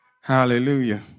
Hallelujah